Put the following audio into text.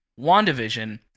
WandaVision